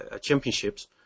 championships